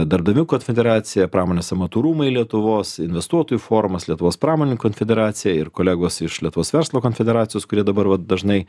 darbdavių konfederacija pramonės amatų rūmai lietuvos investuotojų forumas lietuvos pramonininkų konfederacija ir kolegos iš lietuvos verslo konfederacijos kurie dabar vat dažnai